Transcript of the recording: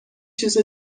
چیز